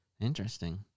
interesting